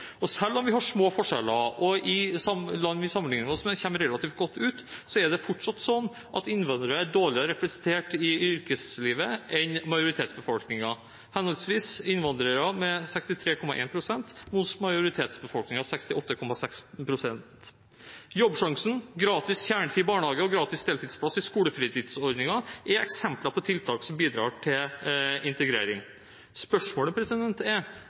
arbeidslivet. Selv om vi har små forskjeller og kommer relativt godt ut med hensyn til land vi sammenligner oss med, er det fortsatt sånn at innvandrere er dårligere representert i yrkeslivet enn majoritetsbefolkningen – henholdsvis 63,1 pst. for innvandrere og 68,6 pst. for majoritetsbefolkningen. Jobbsjansen, gratis kjernetid i barnehagen og gratis deltidsplass i skolefritidsordningen er eksempler på tiltak som bidrar til integrering. Spørsmålet er